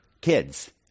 kids